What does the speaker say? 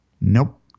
Nope